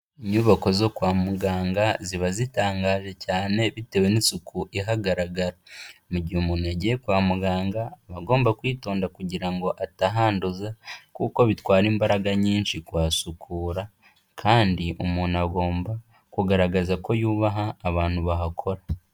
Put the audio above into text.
Inyubako zo kwa muganga ziba zitangaje cyane bitewe n'isuku ihagaragara, mu gihe umuntu yagiye kwa muganga, aba agomba kwitonda kugira ngo atahanduza kuko bitwara imbaraga nyinshi kuhasukura kandi umuntu agomba kugaragaza ko yubaha abantu bahakora.